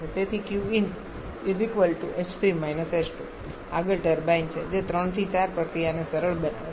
તેથી આગળ ટર્બાઇન છે જે 3 થી 4 પ્રક્રિયાને સરળ બનાવે છે